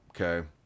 okay